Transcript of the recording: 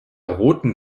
roten